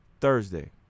Thursday